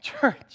Church